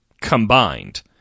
combined